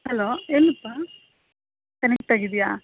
hello ಏನಪ್ಪ connect ಆಗಿದೆಯಾ